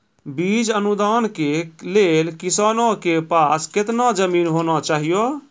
बीज अनुदान के लेल किसानों के पास केतना जमीन होना चहियों?